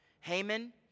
Haman